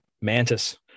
mantis